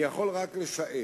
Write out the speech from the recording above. אני יכול רק לשער,